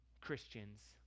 Christians